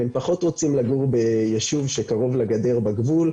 והם פחות רוצים לגור ביישוב שקרוב לגדר הגבול,